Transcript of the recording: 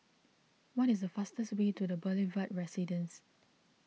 what is the fastest way to the Boulevard Residence